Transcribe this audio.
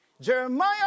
Jeremiah